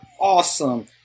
awesome